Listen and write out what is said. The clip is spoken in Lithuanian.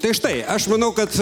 tai štai aš manau kad